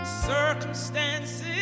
circumstances